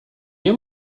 nie